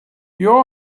your